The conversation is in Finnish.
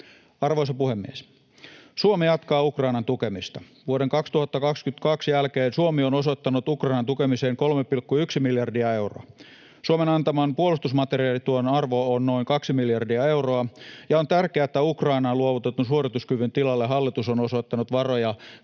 Arvoisa puhemies! Suomi jatkaa Ukrainan tukemista. Vuoden 2022 jälkeen Suomi on osoittanut Ukrainan tukemiseen 3,1 miljardia euroa. Suomen antaman puolustusmateriaalituen arvo on noin kaksi miljardia euroa, ja on tärkeää, että Ukrainaan luovutetun suorituskyvyn tilalle hallitus on osoittanut varoja